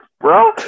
bro